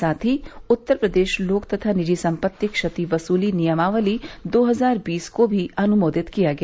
साथ ही उत्तर प्रदेश लोक तथा निजी सम्पत्ति क्षति वसूली नियमावली दो हजार बीस को भी अनुमोदित किया गया